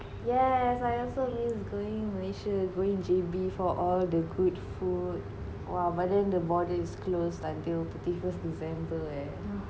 yes I also miss going malaysia going J_B for all the good food !wah! but then the border is closed until thirty first december eh